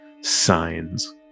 Signs